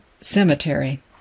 Cemetery